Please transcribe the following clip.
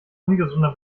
ungesunder